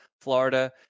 Florida